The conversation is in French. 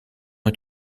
est